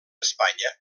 espanya